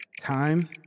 Time